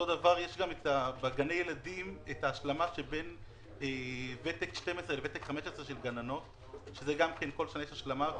גם בגני הילדים יש השלמה לגננות מוותק 12 לוותק 15. בכל שנה יש השלמה,